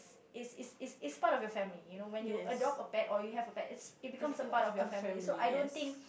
is is is part of your family you know when you adopt a pet or you have a pet it becomes part of your family so I don't think